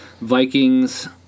Vikings